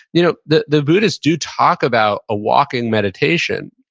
you know the the buddhists do talk about a walking meditation.